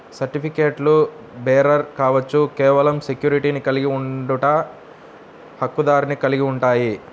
సర్టిఫికెట్లుబేరర్ కావచ్చు, కేవలం సెక్యూరిటీని కలిగి ఉండట, హక్కుదారుని కలిగి ఉంటాయి,